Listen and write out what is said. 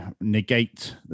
negate